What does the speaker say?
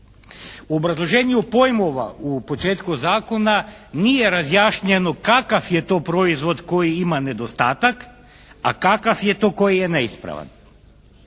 U obrazloženju pojmova u početku zakona nije razjašnjeno kakav je to proizvod koji ima nedostatak, a kakav je to koji je neispravan.